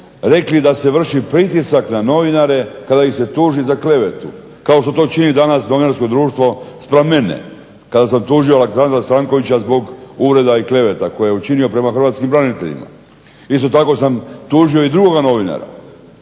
rekli da se vrši pritisak na novinare kada ih se tuži za klevetu kao što to čini danas novinarsko društvo spram mene kada sam tužio Aleksandra Stankovića zbog uvreda i kleveta koje je učinio prema hrvatskim braniteljima. Isto tako sam tužio i drugoga novinara.